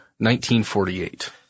1948